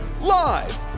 Live